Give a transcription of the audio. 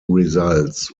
results